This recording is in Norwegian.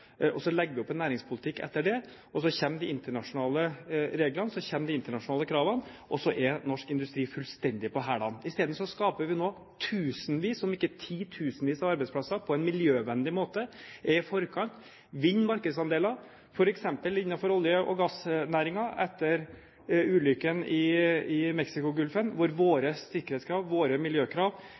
og så legge opp en næringspolitikk etter det. Så kommer de internasjonale reglene og de internasjonale kravene – og så er norsk industri fullstendig «på hæla». I stedet skaper vi nå tusenvis, om ikke titusenvis, av arbeidsplasser på en miljøvennlig måte, er i forkant, vinner markedsandeler – f.eks. innenfor olje- og gassnæringen, etter ulykken i Mexicogolfen. Våre sikkerhetskrav og våre miljøkrav